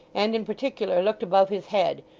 and in particular looked above his head,